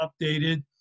updated